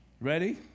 Ready